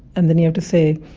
and then you have to say,